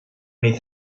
many